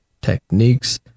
techniques